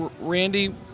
Randy